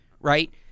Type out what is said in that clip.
right